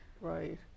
Right